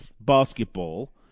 basketball